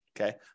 Okay